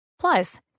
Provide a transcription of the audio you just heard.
Plus